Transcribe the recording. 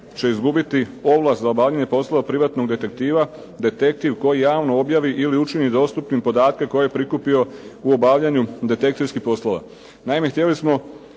će izgubiti ovlast za obavljanje poslova privatnog detektiva detektiv koji javno objavi ili učini dostupnim podatke koje je prikupio u obavljanju detektivskih poslova.